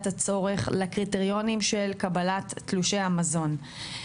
הצורך לקריטריונים של קבלת תלושי המזון.